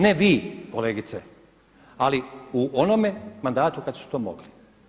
Ne vi, kolegice, ali u onome mandatu kad su to mogli.